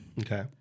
Okay